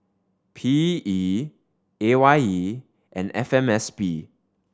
P E A Y E and F M S P